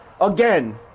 again